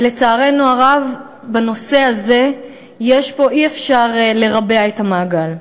ולצערנו הרב, בנושא הזה אי-אפשר לרבע את המעגל.